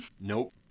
Nope